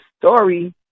story